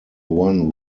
one